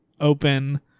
open